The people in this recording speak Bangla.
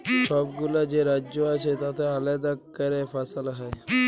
ছবগুলা যে রাজ্য আছে তাতে আলেদা ক্যরে ফসল হ্যয়